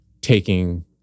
taking